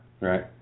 Right